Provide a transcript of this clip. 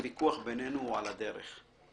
הוויכוח בינינו הוא על הדרך.